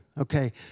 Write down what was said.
Okay